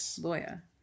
lawyer